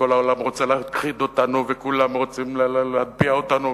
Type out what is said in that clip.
שכל העולם רוצה להכחיד אותנו וכולם רוצים להטביע אותנו,